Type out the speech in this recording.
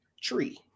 tree